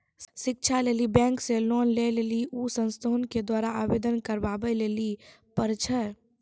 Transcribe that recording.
शिक्षा लेली बैंक से लोन लेली उ संस्थान के द्वारा आवेदन करबाबै लेली पर छै?